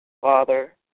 Father